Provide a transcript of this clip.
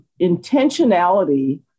intentionality